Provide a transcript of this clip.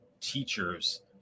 teachers